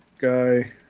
Guy